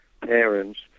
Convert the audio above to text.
parents